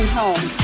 home